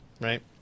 Right